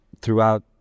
throughout